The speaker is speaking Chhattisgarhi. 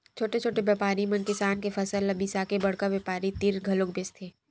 छोटे छोटे बेपारी मन किसान के फसल ल बिसाके बड़का बेपारी तीर घलोक बेचथे